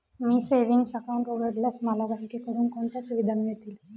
मी savings account उघडल्यास मला बँकेकडून कोणत्या सुविधा मिळतील?